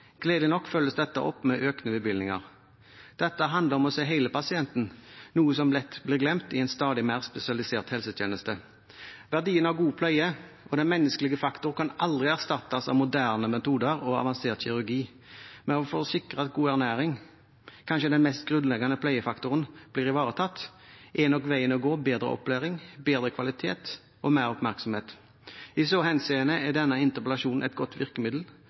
Gledelig nok følges dette opp med økte bevilgninger. Dette handler om å se hele pasienten, noe som lett blir glemt i en stadig mer spesialisert helsetjeneste. Verdien av god pleie og den menneskelige faktor kan aldri erstattes av moderne metoder og avansert kirurgi. Men for å sikre at god ernæring, kanskje den mest grunnleggende pleiefaktor, blir ivaretatt, er nok veien å gå bedre opplæring, bedre kvalitet og mer oppmerksomhet. I så henseende er denne interpellasjonen et godt virkemiddel,